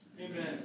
Amen